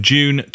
June